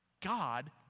God